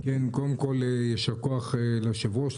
קודם כול יישר כוח ליושב-ראש,